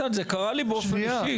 זה קרה לי באופן אישי.